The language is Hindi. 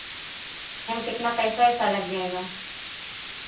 मैम कितना पैसा वैसा लग जाएगा